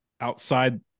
outside